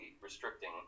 restricting